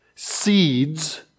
seeds